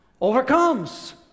Overcomes